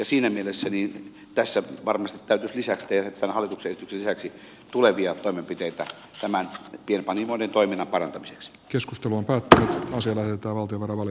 siinä mielessä tässä varmasti täytyisi tämän hallituksen esityksen lisäksi tehdä tulevia toimenpiteitä näiden pienpanimoiden toiminnan parantamiseksi keskustelun kautta on se että otevrel oli